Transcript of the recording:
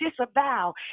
disavow